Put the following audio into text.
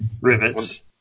rivets